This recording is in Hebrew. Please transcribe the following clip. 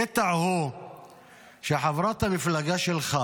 הקטע הוא שכשחברת המפלגה שלך